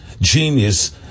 genius